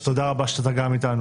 תודה רבה שאתה איתנו.